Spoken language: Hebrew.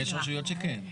יש רשויות שכן.